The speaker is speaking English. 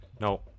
No